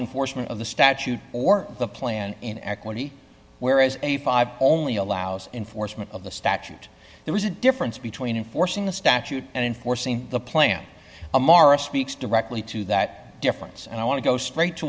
enforcement of the statute or the plan in equity whereas a five only allows enforcement of the statute there was a difference between enforcing the statute and in forcing the plant ammara speaks directly to that difference and i want to go straight to